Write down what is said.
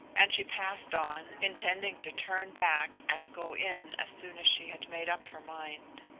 and she passed on, intending to turn back and go in as soon as she had made up her mind.